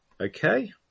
Okay